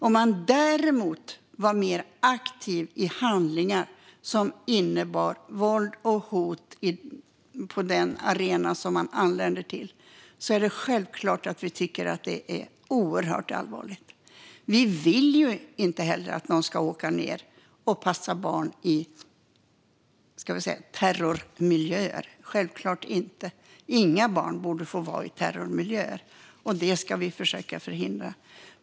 Om man däremot var mer aktiv i handlingar som innebar våld och hot på den arena man anlände till tycker vi självklart att det är oerhört allvarligt. Vi vill inte heller att någon ska åka ned och passa barn i så kallade terrormiljöer. Inga barn borde få vara i terrormiljöer. Det ska vi försöka förhindra.